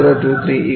023 0